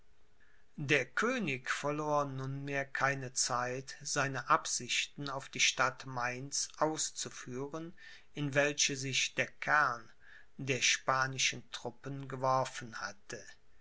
der könig verlor nunmehr keine zeit seine absichten auf die stadt mainz auszuführen in welche sich der kern der spanischen truppen geworfen hatte